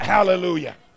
Hallelujah